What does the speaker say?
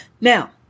Now